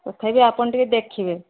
ତଥାପି ଆପଣ ଟିକିଏ ଦେଖିବେ